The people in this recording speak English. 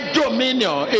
dominion